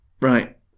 Right